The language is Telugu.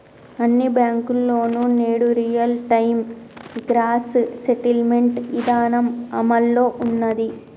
అన్ని బ్యేంకుల్లోనూ నేడు రియల్ టైం గ్రాస్ సెటిల్మెంట్ ఇదానం అమల్లో ఉన్నాది